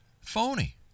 phony